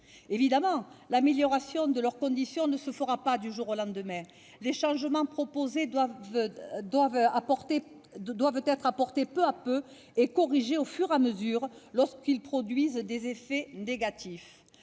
Évidemment, l'amélioration de la condition des agriculteurs ne se fera pas du jour au lendemain. Les changements proposés doivent être apportés progressivement et corrigés au fur et à mesure lorsqu'ils produisent des effets négatifs.